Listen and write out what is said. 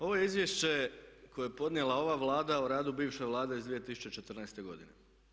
Ovo je izvješće koje je podnijela ova Vlada o radu bivše Vlade iz 2014. godine.